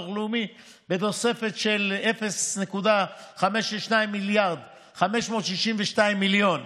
לאומי בתוספת של 0.562 מיליארד,562 מיליון,